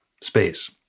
space